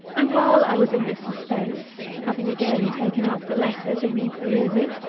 and while i was in this suspense, having again taken up the letter to re-peruse it,